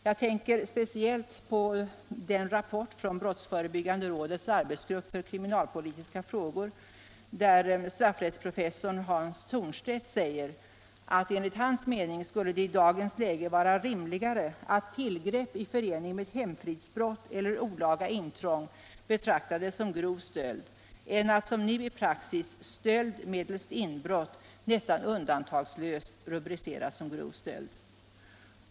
Jag tänker då speciellt på den rapport som brottsförebyggande rådets arbetsgrupp för kriminalpolitiska frågor lagt fram och där straffrättsprofessorn Hans Thornstedt säger att enligt hans mening skulle det i dagens läge vara rimligare att tillgrepp i förening med hemfridsbrott eller olaga intrång betraktades som grov stöld än att, som nu är praxis, stöld medelst inbrott nästan undantagslöst rubriceras som grov stöld.